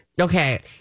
Okay